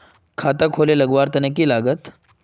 खाता खोले लगवार तने की लागत?